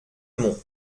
monts